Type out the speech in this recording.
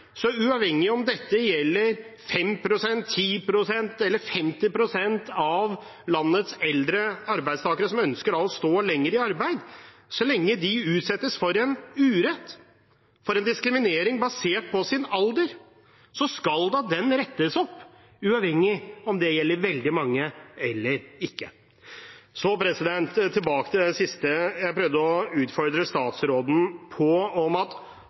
Uavhengig av om dette gjelder 5 pst., 10 pst. eller 50 pst. av landets eldre arbeidstakere som ønsker å stå lenger i arbeid – så lenge de utsettes for en urett, for en diskriminering basert på sin alder, skal da den rettes opp uavhengig av om det gjelder veldig mange eller ikke. Så tilbake til det siste jeg prøvde å utfordre statsråden på, om at